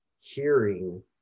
hearing